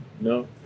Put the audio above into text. no